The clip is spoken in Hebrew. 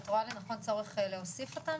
את רואה לנכון צורך להוסיף אותם?